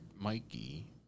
Mikey